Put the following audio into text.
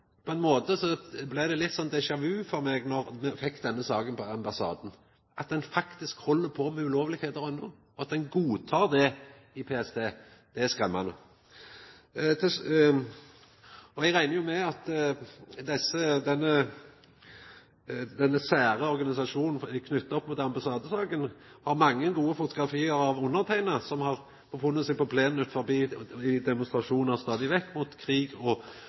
på ein måte blei det litt sånn déjà vu for meg då me fekk denne saka på ambassaden. At ein faktisk held på med lovbrot enno, at ein godtek det i PST, er skremmande. Eg reknar med at denne sære organisasjonen knytt opp mot ambassadesaka har mange gode fotografi av underteikna, som har vore på plenen utanfor i demonstrasjonar stadig vekk, mot krig og